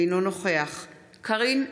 אינו נוכח קארין אלהרר,